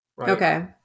Okay